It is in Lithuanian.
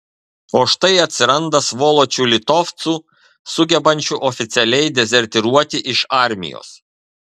o štai atsiranda svoločių litovcų sugebančių oficialiai dezertyruoti iš armijos